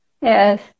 Yes